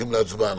להצבעה.